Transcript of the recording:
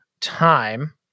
time